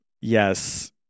Yes